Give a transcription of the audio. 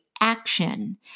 action